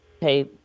pay